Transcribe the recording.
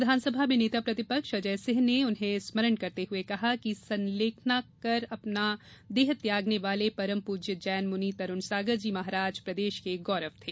प्रदेश विधानसभा में नेता प्रतिपक्ष अजय सिंह ने उन्हें स्मरण करते हुए कहा कि संलेखना कर अपना देह त्यागने वाले परम पूज्य जैन मुनि तरूण सागर जी महाराज प्रदेश के गौरव थे